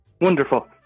Wonderful